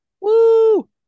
Woo